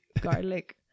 garlic